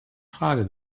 frage